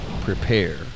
prepare